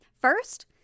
First